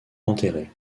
enterrée